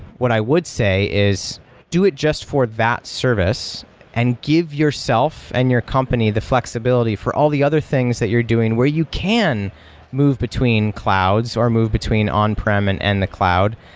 what i would say is do it just for that service and give yourself and your company the flexibility for all the other things that you're doing where you can move between clouds or move between on-prem and in and the cloud.